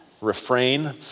refrain